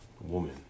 woman